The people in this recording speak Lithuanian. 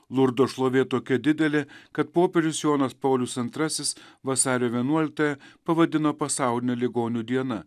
lurdo šlovė tokia didelė kad popiežius jonas paulius antrasis vasario vienuoliktąją pavadino pasauline ligonių diena